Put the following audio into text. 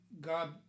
God